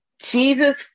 Jesus